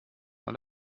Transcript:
mal